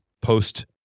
post